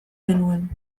genuen